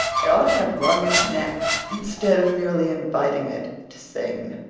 i ought to have wrung its neck instead of merely inviting it to sing.